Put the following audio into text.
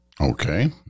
Okay